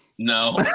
No